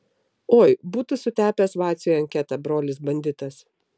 oi būtų sutepęs vaciui anketą brolis banditas